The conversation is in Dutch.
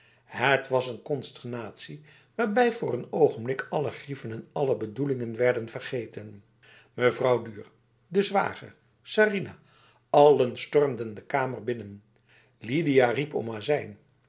het was een consternatie waarbij voor een ogenblik alle grieven en alle bedoelingen werden vergeten mevrouw duhr de zwager sarinah allen stormden de kamer binnen lidia riep om azijn